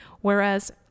whereas